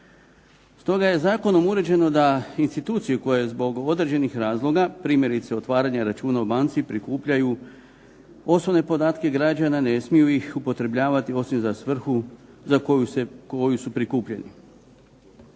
Stoga je zakonom uređeno da institucije koje zbog određenih razloga, primjerice otvaranja računa u banci prikupljaju osobne podatke građana, ne smiju ih upotrebljavati osim za svrhu za koju su prikupljeni.